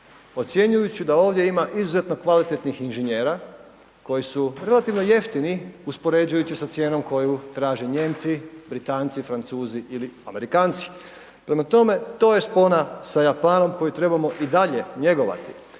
ocjenjujući da ovdje ima izuzetno kvalitetnih inženjera koji su relativno jeftini uspoređujući sa cijenom koju traže Nijemci, Britanci, Francuzi ili Amerikanci. Prema tome, to je spona sa Japanom koju trebamo i dalje njegovati.